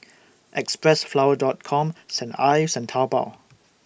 Xpressflower Dot Com Saint Ives and Taobao